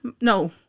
no